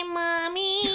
mommy